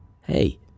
Hey